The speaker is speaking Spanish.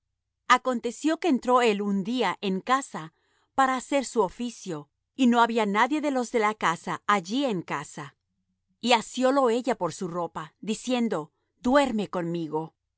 aconteció que entró él un día en casa para hacer su oficio y no había nadie de los de casa allí en casa y asiólo ella por su ropa diciendo duerme conmigo